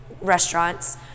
restaurants